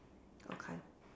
okay